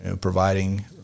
providing